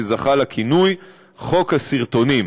שזכה לכינוי חוק הסרטונים.